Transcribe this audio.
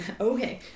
Okay